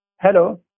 Hello